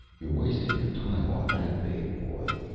you're wasting your time on that babe, boy!